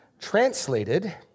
translated